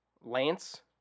Lance